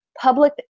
public